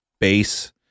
base